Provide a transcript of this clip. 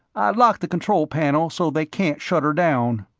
locked the control panel so they can't shut her down.